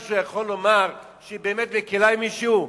מישהו יכול לומר שהיא באמת מקלה עם מישהו?